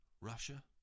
Russia